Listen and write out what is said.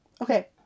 okay